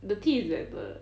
the tea is better is